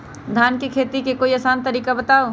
धान के खेती के कोई आसान तरिका बताउ?